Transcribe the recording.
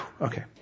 Okay